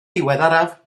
diweddaraf